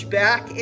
back